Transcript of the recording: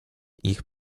ich